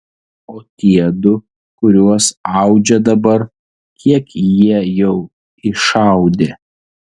o tie du kuriuos audžia dabar kiek jie jau išaudė